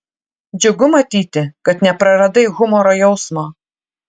džiugu matyti kad nepraradai humoro jausmo